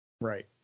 Right